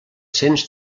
cents